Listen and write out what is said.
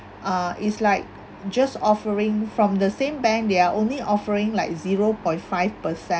uh it's like just offering from the same bank they are only offering like zero point five percent